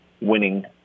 winning